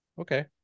Okay